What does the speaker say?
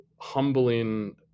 humbling